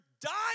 dying